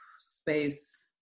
space